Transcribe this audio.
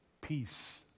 Peace